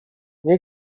nie